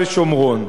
תגיד,